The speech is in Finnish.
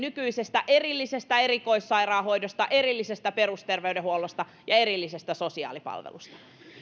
kuin nykyisessä erillisessä erikoissairaanhoidossa erillisessä perusterveydenhuollossa ja erillisissä sosiaalipalveluissa